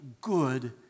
good